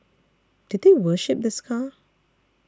did they worship this car